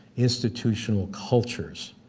institutional cultures.